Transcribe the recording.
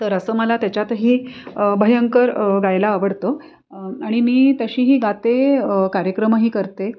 तर असं मला त्याच्यातही भयंकर गायला आवडतं आणि मी तशीही गाते कार्यक्रमही करते